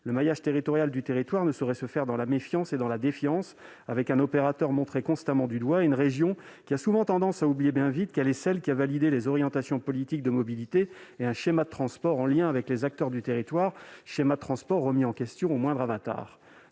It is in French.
le maillage territorial du territoire ne saurait se faire dans la méfiance et dans la défiance avec un opérateur montré constamment du doigt une région qui a souvent tendance à oublier bien vite qu'elle est celle qui a validé les orientations politiques de mobilité et un schéma de transport en lien avec les acteurs du territoire schéma transport remis en question au moindre Avatar